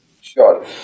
Sure